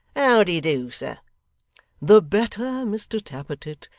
how de do, sir the better, mr tappertit,